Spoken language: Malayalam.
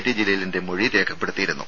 ടി ജലീലിന്റെ മൊഴി രേഖപ്പെടുത്തിയിരുന്നു